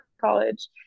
college